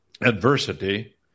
adversity